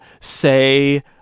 say